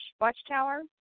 Watchtower